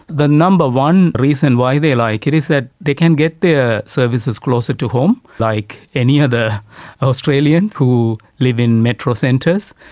the number one reason why they like it is that they can get their services closer to home like any other australian who lives in metro centres.